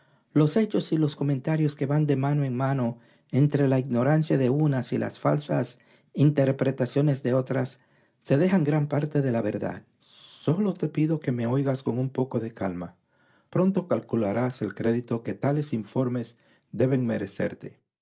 los hechos y los comentarios que van de mano en mano entre la ignorancia de unas y las falsas interpretaciones de otras se dejan gran parte de la verdad sólo te pido que me oigas con un poco de calma pronto calcularás el crédito que tales informes deben merecerte